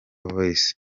voice